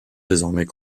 désormais